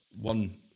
one